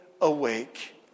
awake